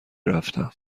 رفتم